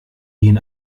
gehen